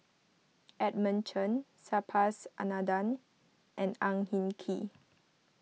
Edmund Chen Subhas Anandan and Ang Hin Kee